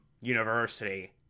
University